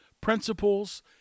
principles